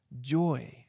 joy